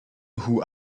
who